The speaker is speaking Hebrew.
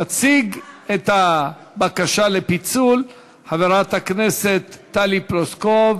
תציג את הבקשה לפיצול חברת הכנסת טלי פלוסקוב